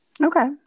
Okay